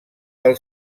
del